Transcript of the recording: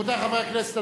רבותי חברי הכנסת,